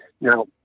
Now